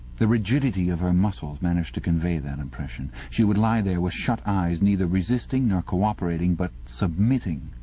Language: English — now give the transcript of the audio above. the rigidlty of her muscles managed to convey that impression. she would lie there with shut eyes, neither resisting nor co-operating but submitting.